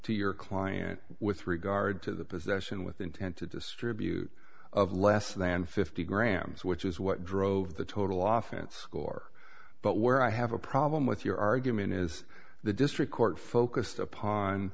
to your client with regard to the possession with intent to distribute of less than fifty grams which is what drove the total often score but where i have a problem with your argument is the district court focused upon